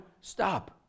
stop